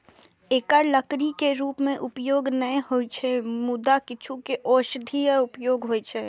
एकर लकड़ी के रूप मे उपयोग नै होइ छै, मुदा किछु के औषधीय उपयोग होइ छै